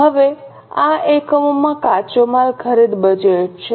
હવે આ એકમોમાં કાચો માલ ખરીદ બજેટ છે